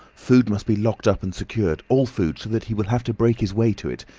food must be locked up and secured, all food, so that he will have to break his way to it.